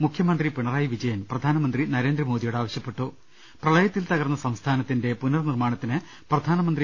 മുഖ്യമന്ത്രി പിണറായി വിജയൻ പ്രധാനമന്ത്രി നരേന്ദ്രമോദിയോട് ആവശ്യപ്പെട്ടു പ്രളയത്തിൽ തകർന്ന സംസ്ഥാനത്തിന്റെ പുനർ നിർമ്മാണത്തിന് പ്രധാനമന്ത്രി